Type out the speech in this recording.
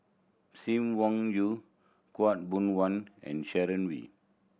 Sim Wong Yoo Khaw Boon Wan and Sharon Wee